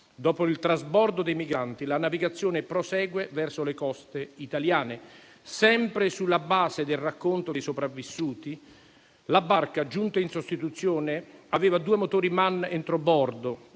Dopo il trasbordo dei migranti, la navigazione prosegue verso le coste italiane. Sempre sulla base del racconto dei sopravvissuti, la barca giunta in sostituzione aveva due motori Man entrobordo.